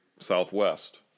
southwest